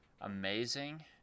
amazing